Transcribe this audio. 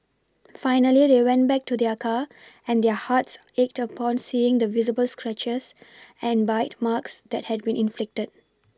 finally they went back to their car and their hearts ached upon seeing the visible scratches and bite marks that had been inflicted